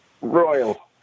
Royal